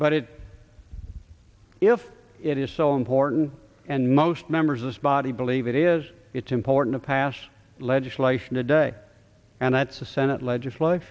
but it if it is so important and most members of this body believe it is it's important to pass legislation today and that's the senate legislat